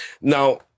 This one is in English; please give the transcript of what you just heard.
Now